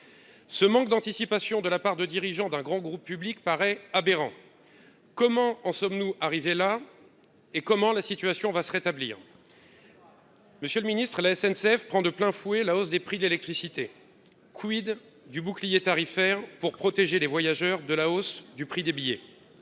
ce manque d'anticipation de la part de dirigeants d'un grand groupe public paraît aberrant comment en sommes-nous arrivés là et comment la situation va se rétablir. Grave. Monsieur le Ministre, la SNCF prend de plein fouet la hausse des prix de l'électricité, quid du bouclier tarifaire pour protéger les voyageurs de la hausse du prix des billets